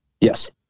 Yes